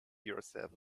yourself